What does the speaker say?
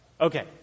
Okay